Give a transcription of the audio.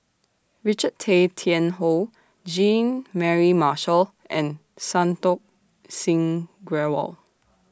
Richard Tay Tian Hoe Jean Mary Marshall and Santokh Singh Grewal